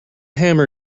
hammer